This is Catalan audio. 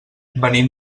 venim